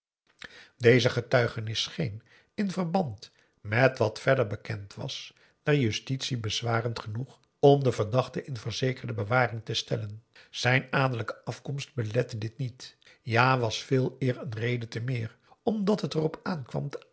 deze getuigenis scheen in verband met wat verder bekend was der justitie bezwarend genoeg om den verdachte in verzekerde bewaring te stellen zijn adellijke afkomst belette dit niet ja was veeleer een reden te meer omdat het er